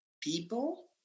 people